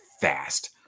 fast